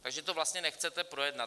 Takže to vlastně nechcete projednat.